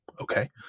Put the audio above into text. okay